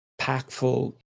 impactful